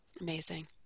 Amazing